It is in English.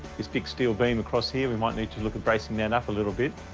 this big steel beam across here, we might need to look at bracing that up a little bit.